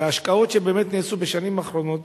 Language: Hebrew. וההשקעות שבאמת נעשו בשנים האחרונות,